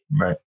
Right